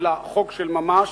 אלא חוק של ממש,